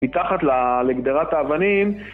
מתחת לגדרת האבנים